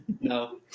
No